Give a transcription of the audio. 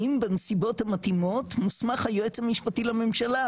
האם בנסיבות המתאימות מוסמך היועץ המשפטי לממשלה,